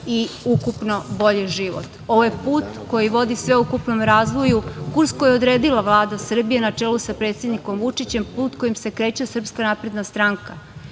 i ukupno bolji život. Ovo je put koji vodi sveukupnom razvoju, kurs koji je odredila Vlada Srbije na čelu sa predsednikom Vučićem, put kojim se kreće SNS.Na kraju, hoću da